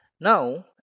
now